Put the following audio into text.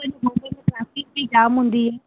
बॉम्बे में ट्राफिक बि जामु हूंदी